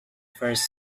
first